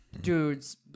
Dudes